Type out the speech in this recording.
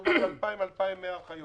מדובר על כ-2,100-2,000 אחיות.